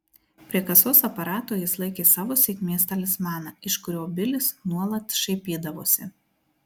prie kasos aparato jis laikė savo sėkmės talismaną iš kurio bilis nuolat šaipydavosi